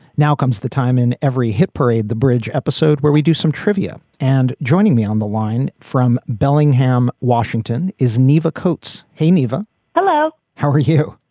now comes the time in every hit parade, the bridge episode where we do some trivia. and joining me on the line from bellingham, washington, is nivea cote's. hey, iva hello. how are you?